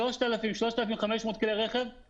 3,000, 3,500 הם כלי רכב של יבואנים זעירים.